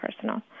personal